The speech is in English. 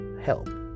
help